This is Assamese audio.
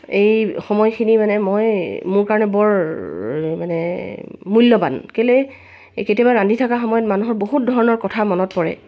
এই সময়খিনি মানে মই মোৰ কাৰণে বৰ মানে মূল্যবান কেলৈ এই কেতিয়াবা ৰান্ধি থকা সময়ত মানুহৰ বহুত ধৰণৰ কথা মনত পৰে